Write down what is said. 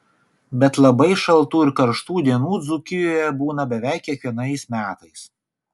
bet labai šaltų ir karštų dienų dzūkijoje būna beveik kiekvienais metais